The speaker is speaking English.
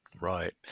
Right